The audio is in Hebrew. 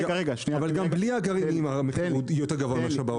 --- אבל גם בלי הגרעינים הוא יותר גבוה מאשר בעולם.